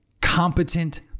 competent